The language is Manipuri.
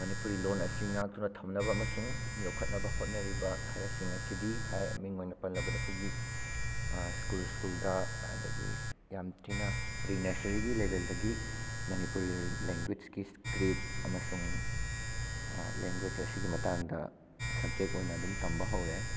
ꯃꯅꯤꯄꯨꯔꯤ ꯂꯣꯟ ꯑꯁꯤ ꯉꯥꯛꯇꯨꯅ ꯊꯝꯅꯕ ꯑꯃꯁꯨꯡ ꯌꯣꯛꯈꯠꯅꯕ ꯍꯣꯠꯅꯔꯤꯕ ꯈꯔꯁꯤꯡ ꯑꯁꯤꯗꯤ ꯃꯤꯡ ꯑꯣꯏꯅ ꯄꯜꯂꯕꯗ ꯑꯩꯈꯣꯏꯒꯤ ꯁ꯭ꯀꯨꯜ ꯁ꯭ꯀꯨꯜꯗ ꯑꯗꯒꯤ ꯌꯥꯝ ꯊꯤꯅ ꯄ꯭ꯔꯤ ꯅꯔꯁꯔꯤꯒꯤ ꯂꯦꯕꯦꯜꯗꯒꯤ ꯃꯅꯤꯄꯨꯔꯤ ꯂꯦꯡꯒꯣꯏꯁꯀꯤ ꯏꯁꯀ꯭ꯔꯤꯞ ꯑꯃꯁꯨꯡ ꯂꯦꯡꯒ꯭ꯋꯦꯖ ꯑꯁꯤꯒꯤ ꯃꯇꯥꯡꯗ ꯁꯕꯖꯦꯛ ꯑꯣꯏꯅ ꯑꯗꯨꯝ ꯇꯝꯕ ꯍꯧꯔꯦ